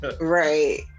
Right